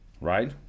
right